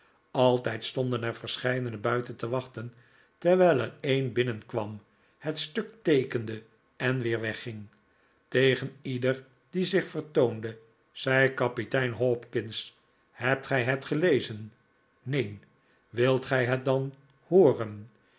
altijd stonden er verscheidene buiten te wachten terwijl er een binnenkwam het stuk teekende en weer wegging tegen ieder die zich vertoonde zei kapitein hopkins hebt gij het gelezen neen wilt gij het dan hooren